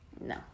No